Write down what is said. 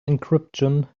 encryption